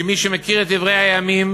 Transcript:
כי מי שמכיר את דברי הימים